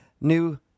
new